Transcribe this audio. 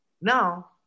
Now